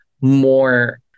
more